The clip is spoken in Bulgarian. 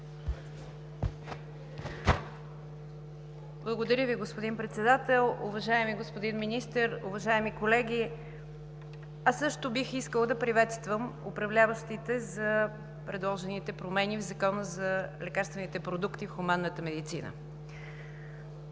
Благодаря Ви, господин Председател. Уважаеми господин Министър, уважаеми колеги! Аз също бих искала да приветствам управляващите за предложените промени в Закона за лекарствените продукти в хуманната медицина.